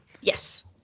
yes